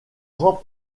grands